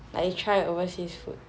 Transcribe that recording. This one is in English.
like you try overseas food